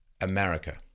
America